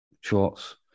shorts